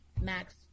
Max